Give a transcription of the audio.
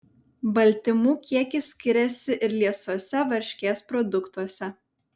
baltymų kiekis skiriasi ir liesuose varškės produktuose